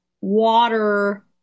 water